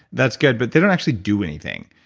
that's good, but they don't actually do anything.